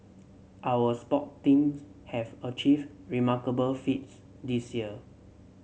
our sport teams have achieved remarkable feats this year